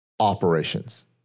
Operations